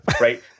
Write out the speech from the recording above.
Right